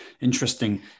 Interesting